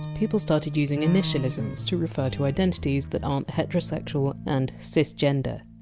people started using initialisms to refer to identities that aren't heterosexual and cisgender.